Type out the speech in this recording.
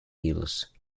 hills